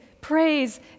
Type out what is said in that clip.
praise